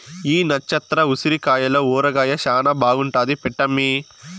ఈ నచ్చత్ర ఉసిరికాయల ఊరగాయ శానా బాగుంటాది పెట్టమ్మీ